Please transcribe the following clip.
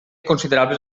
considerables